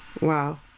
Wow